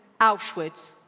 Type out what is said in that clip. Auschwitz